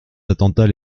attentats